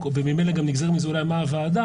וממילא גם נגזר מזה אולי מה הוועדה,